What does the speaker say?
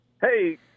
Hey